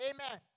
Amen